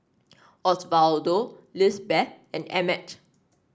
Osvaldo Lizbeth and Emmett